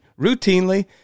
Routinely